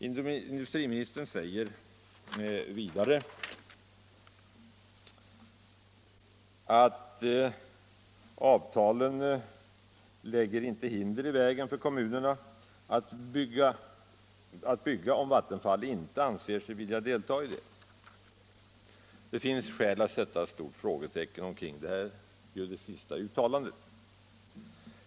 Industriministern säger vidare att avtalen inte lägger hinder i vägen för kommunerna att bygga anläggningar av aktuellt slag, om Vattenfall inte anser sig vilja delta i det. Det finns skäl att sätta ett stort frågetecken för det sistnämnda uttalandet.